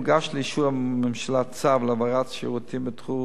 הוגש לאישור הממשלה צו להעברת שירותים בתחום